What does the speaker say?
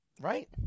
Right